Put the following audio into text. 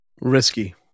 risky